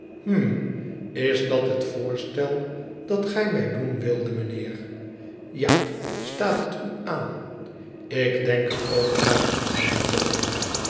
is dat het voorstel dat gij mij doen wildet mijnheer ja staat het u aan ik denk er over na